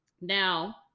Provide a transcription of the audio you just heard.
Now